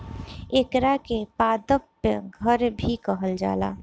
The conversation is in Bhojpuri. एकरा के पादप घर भी कहल जाला